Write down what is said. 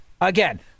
again